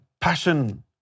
passion